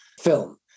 film